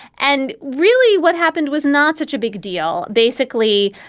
and really, what happened was not such a big deal. basically,